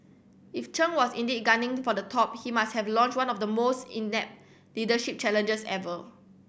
if Chen was indeed gunning for the top he must have launched one of the most inept leadership challenges ever